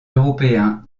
européens